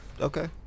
Okay